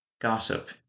Gossip